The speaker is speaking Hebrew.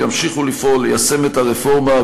ימשיכו לפעול ליישם את הרפורמה,